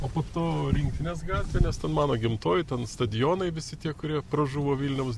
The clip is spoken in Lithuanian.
o po to rinktinės gatvė nes ten mano gimtoji tan stadionai visi tie kurie pražuvo vilniaus